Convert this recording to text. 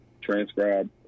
transcribe